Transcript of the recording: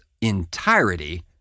entirety